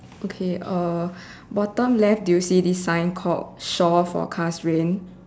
okay uh bottom left do you see this sign called shore forecast rain